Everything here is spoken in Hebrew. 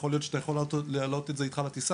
יכול להיות שאתה יכול להעלות את זה איתך לטיסה,